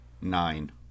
Nine